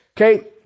Okay